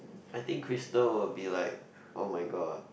I think Crystal will be like oh-my-god